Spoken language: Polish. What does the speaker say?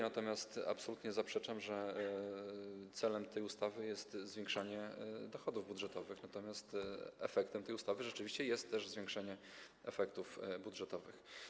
Natomiast absolutnie zaprzeczam, że celem tej ustawy jest zwiększanie dochodów budżetowych, natomiast jej efektem rzeczywiście jest zwiększenie efektów budżetowych.